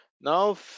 now